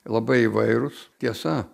labai įvairūs tiesa